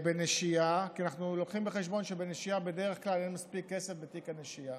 אנחנו לוקחים בחשבון שבנשייה בדרך כלל אין מספיק כסף בתיק הנשייה,